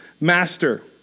Master